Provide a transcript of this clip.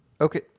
Okay